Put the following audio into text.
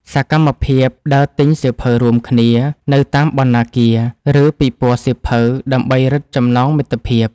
សកម្មភាព ដើរទិញសៀវភៅរួមគ្នា នៅតាមបណ្ណាគារ ឬពិព័រណ៍សៀវភៅ ដើម្បីរឹតចំណងមិត្តភាព។